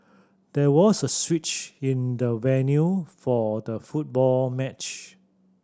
there was a switch in the venue for the football match